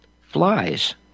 flies